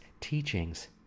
teachings